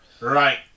Right